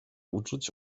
uczuć